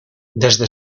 desde